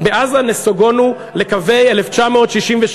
בעזה נסוגונו לקווי 1967,